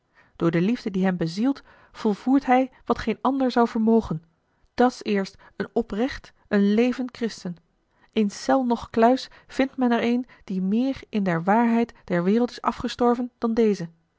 door de liefde die hem bezielt volvoert hij wat geen ander zou vermogen dat's eerst een oprecht een levend christen in cel noch kluis vindt men er een die meer in der waarheid der wereld is afgestorven dan deze